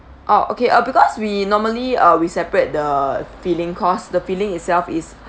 oh okay uh because we normally uh we separate the filling cause the filling itself is